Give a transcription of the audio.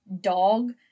Dog